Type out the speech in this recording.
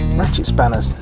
ratchet spanners.